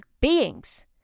beings